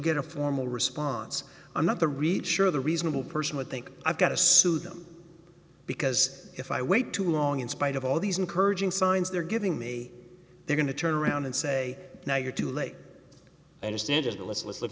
get a formal response i'm not the read sure the reasonable person would think i've got a suit them because if i wait too long in spite of all these encouraging signs they're giving me they're going to turn around and say now you're too late and instead of the let's l